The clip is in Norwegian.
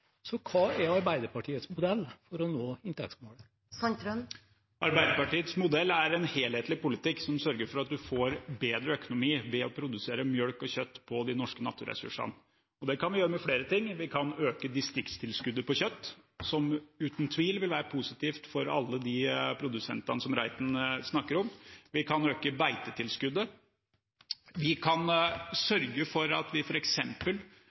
Så hva er Arbeiderpartiets modell for å nå inntektsmålet? Arbeiderpartiets modell er en helhetlig politikk som sørger at en får bedre økonomi ved å produsere melk og kjøtt på de norske naturressursene. Og det kan vi gjøre ved hjelp av flere ting: Vi kan øke distriktstilskuddet på kjøtt, som uten tvil vil være positivt for alle de produsentene som Reiten snakker om. Vi kan øke beitetilskuddet. Vi kan f.eks. sørge for at vi,